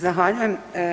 Zahvaljujem.